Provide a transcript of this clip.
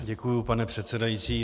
Děkuji, pane předsedající.